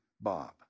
Bob